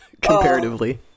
comparatively